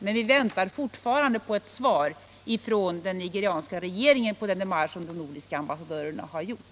Men vi väntar fortfarande ett svar från den nigerianska regeringen på den demarsch som de nordiska ambassaderna har gjort.